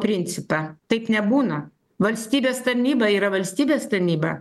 principą taip nebūna valstybės tarnyba yra valstybės tarnyba